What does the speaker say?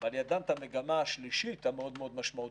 ועל ידם המגמה השלישית המאוד-מאוד משמעותית,